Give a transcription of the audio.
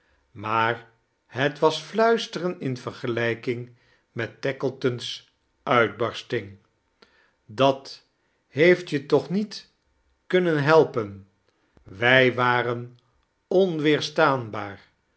maar het was fluisteren in vergelijking met tackleton's uitbarsting dat heeft je toch niet kunnen helpen wij waren onweerstaanbaar